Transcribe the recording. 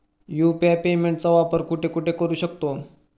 UPI पेमेंटचा वापर कुठे कुठे करू शकतो?